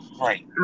Right